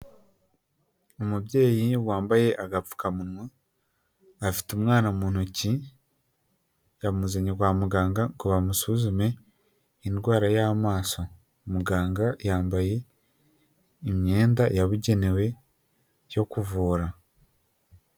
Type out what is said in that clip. Umubyeyi wambaye agapfukamunwa afite umwana mu ntoki yamuzanye kwa muganga ngo bamusuzume indwara y'amaso muganga yambaye imyenda yabugenewe yo kuvura.